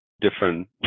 different